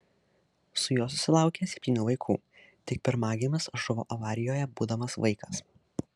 su juo susilaukė septynių vaikų tik pirmagimis žuvo avarijoje būdamas vaikas